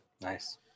Nice